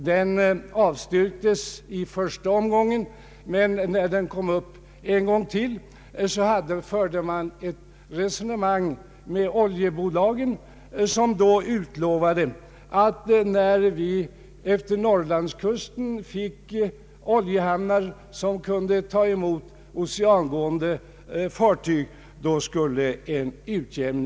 Den avstyrktes i första omgången, men när den kom upp en gång till, förde man ett resonemang med oljebolagen. De utlovade att en utjämning av priset skulle ske när vi efter Norrlandskusten fick oljehamnar, som kunde ta emot oceangående fartyg.